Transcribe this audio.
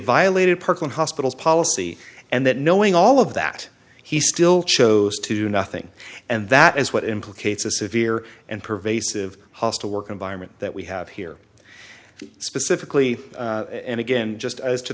parkland hospital policy and that knowing all of that he still chose to do nothing and that is what implicates a severe and pervasive hostile work environment that we have here specifically and again just as to